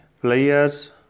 players